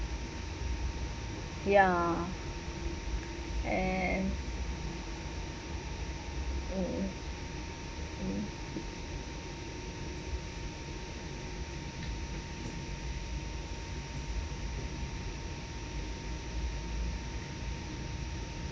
ya and mm mm